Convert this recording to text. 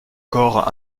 corps